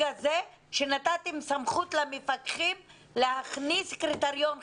הזה שנתתם סמכות למפקחים להכניס קריטריון חריג.